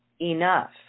enough